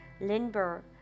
Lindbergh